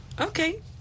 Okay